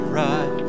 right